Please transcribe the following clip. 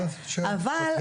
אבל במקרה